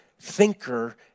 thinker